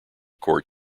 court